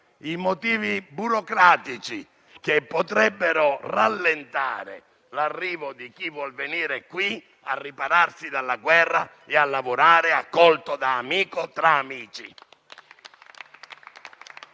i meccanismi burocratici che potrebbero rallentare l'arrivo di chi vuol venire qui a ripararsi dalla guerra e a lavorare accolto da amico tra amici.